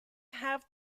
have